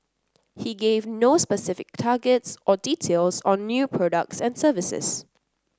he gave no specific targets or details on new products and services